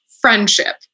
friendship